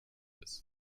ist